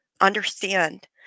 Understand